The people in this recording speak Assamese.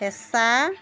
ফেঁচা